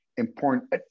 important